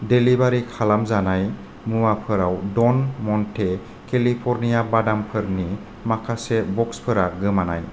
delivery खालामजानाय मुवाफोराव ड'न म'न्टे केलिफर्निया बादामफोरनि माखासे ब'क्सफोरा गोमानाय